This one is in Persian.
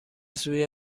سوی